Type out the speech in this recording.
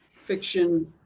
fiction